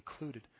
included